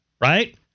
Right